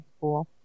cool